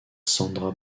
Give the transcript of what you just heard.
sandra